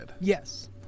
Yes